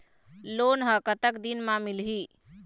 Loan ह कतक दिन मा मिलही?